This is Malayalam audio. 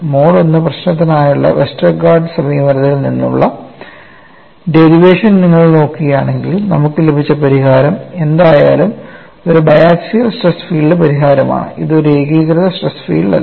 മോഡ് I പ്രശ്നത്തിനായുള്ള വെസ്റ്റർഗാർഡിന്റെ സമീപനത്തിൽ നിന്നുള്ള ടെറിവേഷൻ നിങ്ങൾ നോക്കുകയാണെങ്കിൽ നമുക്ക് ലഭിച്ച പരിഹാരം എന്തായാലും ഒരു ബയാസ്കിയൽ സ്ട്രെസ് ഫീൽഡ് പരിഹാരമാണ് ഇത് ഒരു ഏകീകൃത സ്ട്രെസ് ഫീൽഡ് അല്ല